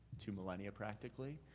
two millennia, practically,